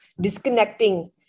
disconnecting